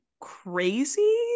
crazy